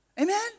Amen